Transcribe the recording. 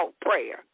prayer